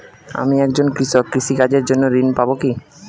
আমি একজন কৃষক কৃষি কার্যের জন্য ঋণ পাব কি?